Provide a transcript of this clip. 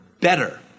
better